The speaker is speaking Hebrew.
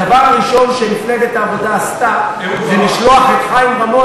הדבר הראשון שמפלגת העבודה עשתה זה לשלוח את חיים רמון